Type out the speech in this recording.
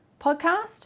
podcast